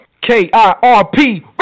K-I-R-P